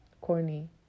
corny